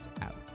out